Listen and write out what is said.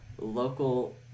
local